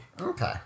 Okay